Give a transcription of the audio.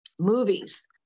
movies